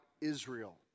Israel